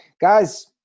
Guys